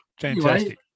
fantastic